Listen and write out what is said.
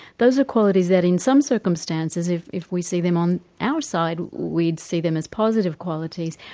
those are qualities that in some circumstances, if if we see them on our side we'd see them as positive qualities.